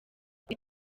kuri